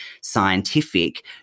scientific